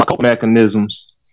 mechanisms